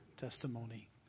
testimony